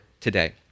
today